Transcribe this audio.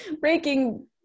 breaking